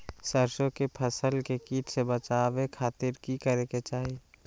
सरसों की फसल के कीट से बचावे खातिर की करे के चाही?